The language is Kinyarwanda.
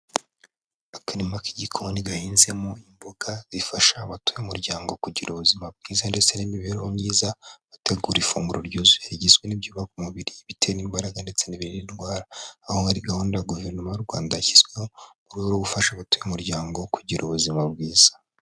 Akarima k'igikoni gahinzemo imboga, zifasha abatuye umuryango kugira ubuzima bwiza ndetse n'imibereho myiza, bategura ifunguro ryuzuye rigizwe n'ibyubaka umubiri, ibitera imbaraga ndetse n'ibirinda indwara, aho hari gahunda guverinoma y'u Rwanda yashyizweho mu rwego rwo gufasha abatuye umuryango kugira ubuzima bwiza.